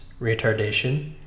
retardation